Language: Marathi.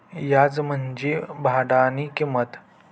याज म्हंजी भाडानी किंमत